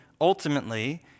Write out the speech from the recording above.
ultimately